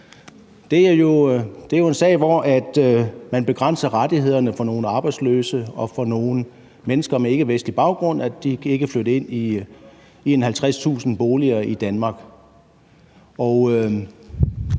Det er jo en sag, hvor man begrænser rettighederne for nogle arbejdsløse og for nogle mennesker med ikkevestlig baggrund, så de ikke kan flytte ind i omkring 50.000 boliger i Danmark.